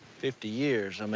fifty years? i mean